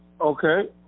Okay